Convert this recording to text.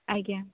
ଆଜ୍ଞା